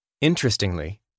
Interestingly